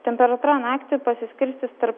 temperatūra naktį pasiskirstys tarp